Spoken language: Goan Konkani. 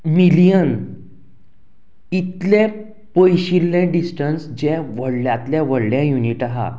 मिलियन इतलें पयशिल्लें डिस्टन्स जें व्हडल्यातलें व्हडलें युनिट आहा